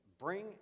bring